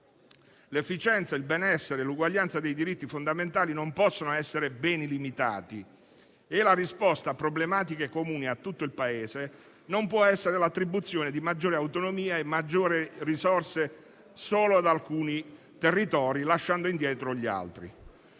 L'efficienza, il benessere e l'uguaglianza dei diritti fondamentali non possono essere beni limitati e la risposta a problematiche comuni a tutto il Paese non può essere l'attribuzione di maggiore autonomia e maggiori risorse solo ad alcuni territori, lasciando indietro gli altri.